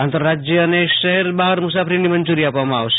આંતરરાજ્ય અને શહેર બહાર મુસાફરીની મંજૂરી આપવામાં આવશે